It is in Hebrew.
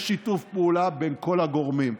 בשיתוף פעולה בין כל הגורמים.